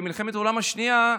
במלחמת העולם השנייה,